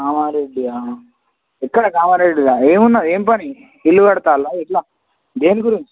కామారెడ్డియా ఎక్కడ కామారెడ్డిలో ఏమున్నా ఏం పని ఇల్లు కడతారా ఏట్లా దేని గురించి